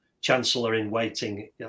Chancellor-in-waiting